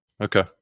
Okay